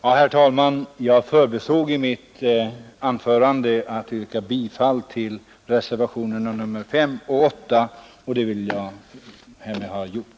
Herr talman! Jag förbisåg i mitt anförande att yrka bifall till reservationerna 5 och 8 och det vill jag härmed ha gjort.